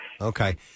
Okay